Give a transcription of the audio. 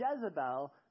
Jezebel